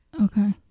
okay